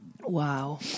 Wow